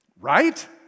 right